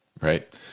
right